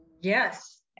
Yes